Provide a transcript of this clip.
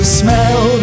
smell